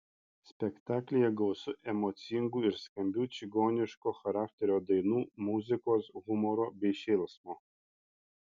spektaklyje gausu emocingų ir skambių čigoniško charakterio dainų muzikos humoro bei šėlsmo